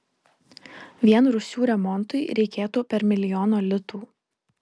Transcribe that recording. vien rūsių remontui reikėtų per milijono litų